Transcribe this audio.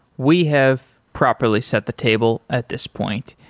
we have properly set the table at this point.